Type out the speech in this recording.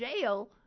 jail